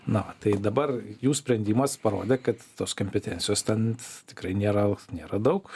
na va tai dabar jų sprendimas parodė kad tos kompetencijos ten tikrai nėra nėra daug